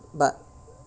but